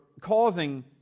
causing